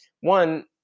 one